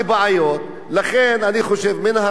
לכן אני חושב, מן הראוי שתהיה למשרד